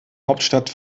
hauptstadt